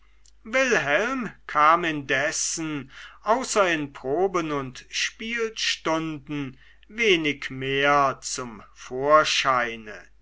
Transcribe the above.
wilhelm kam indessen außer in proben und spielstunden wenig mehr zum vorscheine